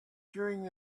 during